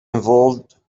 involved